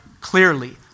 clearly